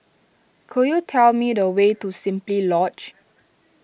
could you tell me the way to Simply Lodge